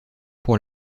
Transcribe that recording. pour